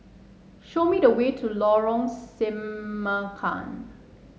show me the way to Lorong Semangka